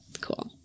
Cool